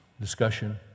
discussion